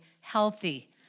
healthy